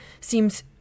seems